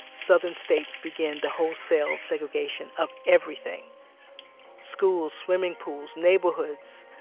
southern states began the wholesale segregation of everything schools, swimming pools, neighborhoods,